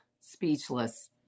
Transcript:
Speechless